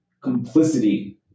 complicity